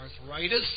arthritis